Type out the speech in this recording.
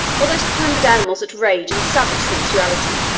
or those pamper'd animals that rage in savage sensuality.